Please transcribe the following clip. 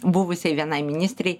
buvusiai vienai ministrei